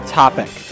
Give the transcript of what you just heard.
topic